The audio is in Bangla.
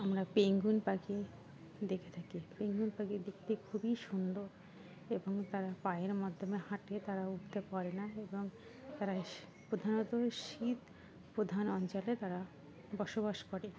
আমরা পেঙ্গুন পাখি দেখে থাকি পেঙ্গুন পাখি দেখতে খুবই সুন্দর এবং তারা পায়ের মাধ্যমে হাঁটে তারা উড়তে পারে না এবং তারা প্রধানত শীত প্রধান অঞ্চলে তারা বসবাস করে